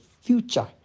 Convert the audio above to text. future